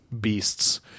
Beasts